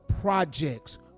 projects